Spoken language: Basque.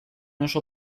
oso